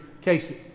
Casey